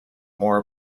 more